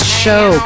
show